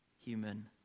human